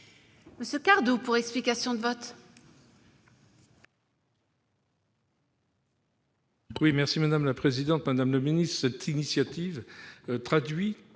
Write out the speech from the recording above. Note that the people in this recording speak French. Cardoux, pour explication de vote.